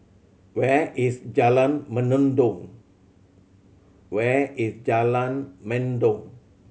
where is Jalan Mendong where is Jalan Mendong